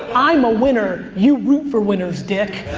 i'm a winner. you root for winners, dick.